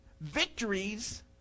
victories